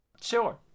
Sure